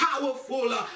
powerful